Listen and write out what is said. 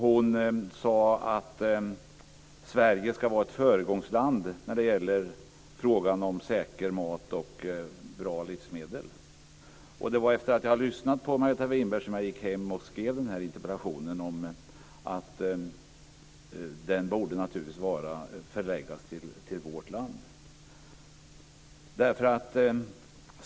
Hon sade att Sverige ska vara ett föregångsland när det gäller frågan om säker mat och bra livsmedel. Det var efter att ha lyssnat på Margareta Winberg som jag skrev den här interpellationen om att myndigheten naturligtvis borde förläggas till vårt land.